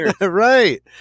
Right